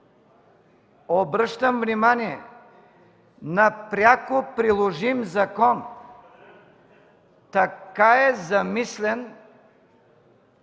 Обръщам внимание – на пряко приложим закон! Така е замислен